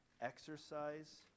exercise